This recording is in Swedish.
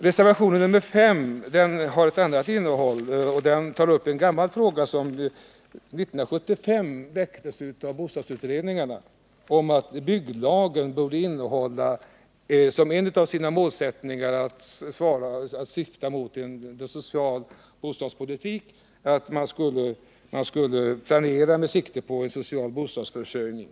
Reservationen 5 har ett annat innehåll. Där tas en fråga upp som väcktes 1975 av bostadsutredningarna. Byggnadslagen borde, menade man, bl.a. syfta till en social bostadspolitik. Man skulle planera med sikte på en social bostadsförsörjning.